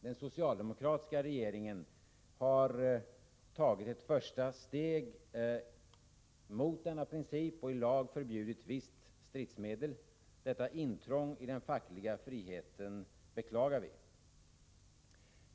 Den socialdemokratiska regeringen har tagit ett första steg mot denna princip och i lag förbjudit visst stridsmedel. Detta intrång i den fackliga friheten beklagar vi.